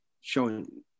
showing